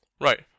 Right